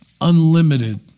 unlimited